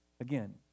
again